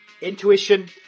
intuition